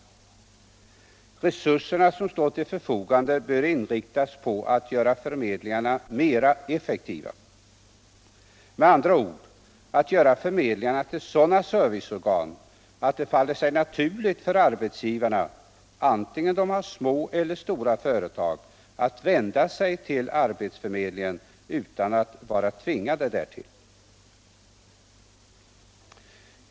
De resurser som står till förfogande bör inriktas på att göra förmedlingarna effektivare eller med andra ord att göra dem till sådana serviceorgan att det faller sig naturligt för arbetsgivarna, oavsett om de har små eller stora företag, att vända sig till arbetsförmedlingen utan att vara tvingade därtill.